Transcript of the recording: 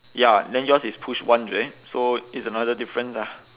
ya then yours is push one so it's another difference ah